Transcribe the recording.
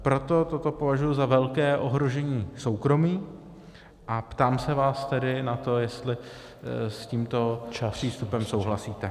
Proto toto považuji za velké ohrožení soukromí a ptám se vás tedy na to, jestli s tímto přístupem souhlasíte.